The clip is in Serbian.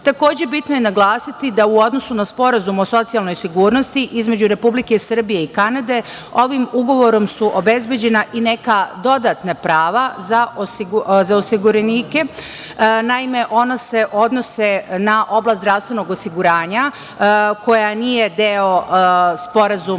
bitno je naglasiti da u odnosu na Sporazum o socijalnoj sigurnosti između Republike Srbije i Kanade ovim ugovorom su obezbeđena neka dodatna prava za osiguranike. Naime, ona se odnose na oblast zdravstvenog osiguranja koja nije deo Sporazuma